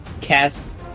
cast